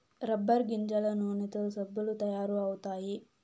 rubber గింజల నూనెతో సబ్బులు తయారు అవుతాయి